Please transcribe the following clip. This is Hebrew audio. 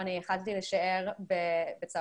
איך הצבא עוזר לנו חיילים הבודדים,